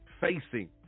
facing